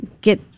get